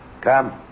Come